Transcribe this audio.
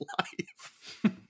life